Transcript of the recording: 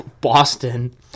boston